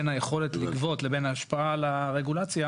בין היכולת לגבות לבין ההשפעה על הרגולציה,